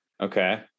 Okay